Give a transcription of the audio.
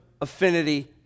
affinity